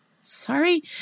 Sorry